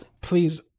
Please